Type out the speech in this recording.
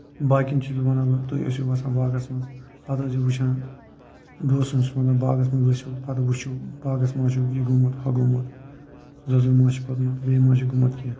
باقِین چھُس بہٕ ونان تُہۍ ٲسِو وَسان باغَس منٛز پَتہٕ ٲسۍزیٚو وُچھان دوستن چھُس ونان باغَس منٛز ؤسِو پَتہٟ وُچھِو باغَس ما چھُ یہِ گوٚمُت ہُہ گوٚمُت زۄزُر ما چھِ کھوٚتمُت بیٚیہِ ما چھِ گوٚمُت کیٚنٛہہ